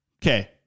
Okay